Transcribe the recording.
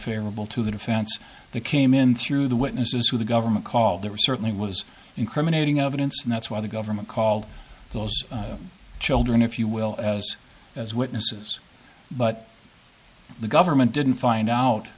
favorable to the defense that came in through the witnesses who the government called there certainly was incriminating evidence and that's why the government called those children if you will as as witnesses but the government didn't find out